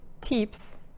tips